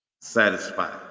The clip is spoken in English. satisfied